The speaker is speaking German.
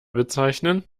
bezeichnen